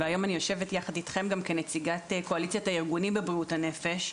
והיום אני יושבת יחד איתכם גם כנציגת קואליציית הארגונים בבריאות הנפש,